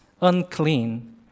unclean